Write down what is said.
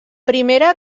primera